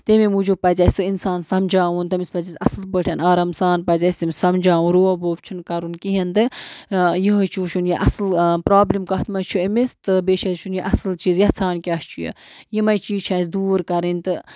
تَمے موٗجوٗب پَزِ اَسہِ سُہ اِنسان سَمجاوُن تٔمِس پَزِ اَسہِ اَصٕل پٲٹھۍ آرام سان پَزِ اَسہِ تٔمِس سَمجاوُن روب ووب چھُنہٕ کَرُن کِہیٖنۍ تہٕ یِہوے چھُ وٕچھُن یہِ اَصٕل پرابلِم کَتھ منٛز چھُ أمِس تہٕ بیٚیہِ چھِ اَسہِ وٕچھُن یہِ اَصٕل چیٖز یَژھان کیٛاہ چھُ یِمٕے چیٖز چھِ اَسہِ دوٗر کَرٕنۍ تہٕ